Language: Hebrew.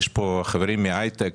יש פה חברים מההיי טק,